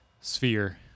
sphere